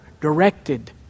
directed